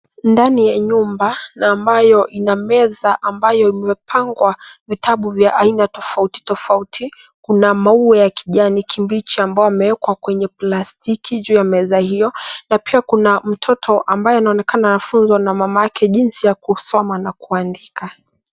Ndani ya nyumba na ambayo ina meza ambayo imepangwa vitabu vya aina tofauti tofauti. Kuna maua ya kijani kibichi ambao yamewekwa kwenye blanketi juu ya meza hio na pia kuna mtoto ambaye anaonekana anafunzwa na mama yake jinsi ya kusoma na kuandika.